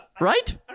Right